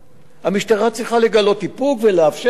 המשטרה צריכה לגלות איפוק, ולאפשר חסימות צירים,